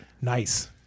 Nice